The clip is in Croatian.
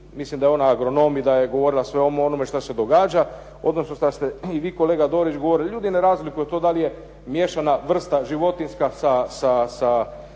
mislim da je ona agronom i da je govorila o svemu onome što se događa, odnosno šta ste i vi kolega Dorić govorili. Ljudi ne razlikuju to da li je miješana vrsta životinjska sa